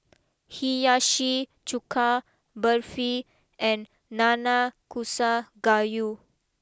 Hiyashi Chuka Barfi and Nanakusa Gayu